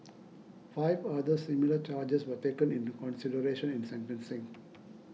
five other similar charges were taken into consideration in sentencing